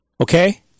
Okay